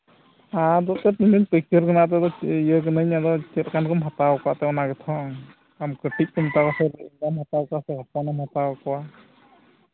ᱦᱮᱸ ᱯᱟᱹᱭᱠᱟᱹᱨ ᱢᱮᱱᱟᱜᱼᱟ ᱟᱫᱚ ᱪᱮᱫ ᱞᱮᱠᱟᱱ ᱠᱚᱢ ᱦᱟᱛᱟᱣ ᱠᱚᱣᱟ ᱚᱱᱟ ᱜᱮᱛᱚ ᱟᱢ ᱠᱟᱹᱴᱤᱡ ᱠᱚᱢ ᱦᱟᱛᱟᱣ ᱠᱚᱣᱟ ᱥᱮ ᱪᱮᱫ ᱞᱮᱠᱟᱢ ᱦᱟᱛᱟᱣ ᱠᱚᱣᱟ ᱥᱮ ᱮᱠᱷᱚᱱ ᱦᱚᱢ ᱦᱟᱛᱟᱣ ᱠᱚᱣᱟ